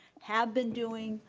have been doing,